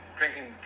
drinking